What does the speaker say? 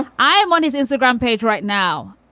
i am on his instagram page right now.